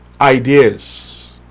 ideas